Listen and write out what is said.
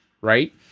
right